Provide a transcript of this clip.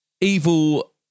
evil